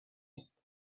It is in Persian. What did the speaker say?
است